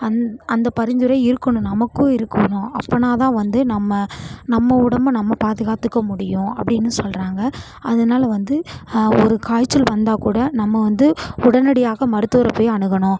அந் அந்த பரிந்துரை இருக்கணும் நமக்கும் இருக்கணும் அப்படினா தான் வந்து நம்ம நம்ம உடம்பை நம்ம பாதுகாத்துக்க முடியும் அப்படினு சொல்கிறாங்க அதனால வந்து ஒரு காய்ச்சல் வந்தால் கூட நம்ம வந்து உடனடியாக மருத்துவரை போய் அணுகவேணும்